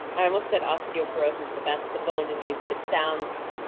i almost said osteoporosis, but that's the bone disease, but it sounds